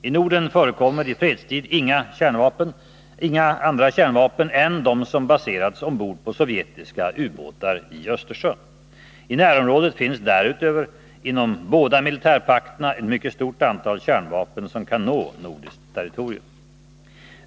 I Norden förekommer i fredstid inga andra kärnvapen än de som baserats ombord på sovjetiska ubåtar i Östersjön. I närområdet finns därutöver, inom båda militärpakterna, ett mycket stort antal kärnvapen som kan nå nordiskt territorium.